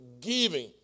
giving